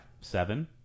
seven